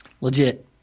Legit